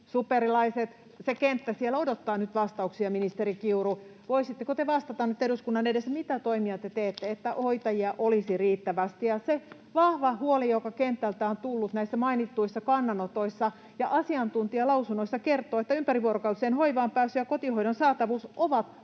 superilaiset, se kenttä siellä odottaa nyt vastauksia, ministeri Kiuru. Voisitteko te vastata nyt eduskunnan edessä, mitä toimia te teette, että hoitajia olisi riittävästi? Ja se vahva huoli, joka kentältä on tullut näissä mainituissa kannanotoissa ja asiantuntijalausunnoissa kertoo, että ympärivuorokautiseen hoivaan pääsy ja kotihoidon saatavuus ovat vaikeutuneet